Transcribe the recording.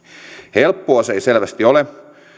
helppoa se ei selvästi ole